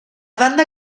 banda